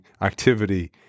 activity